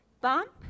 Bump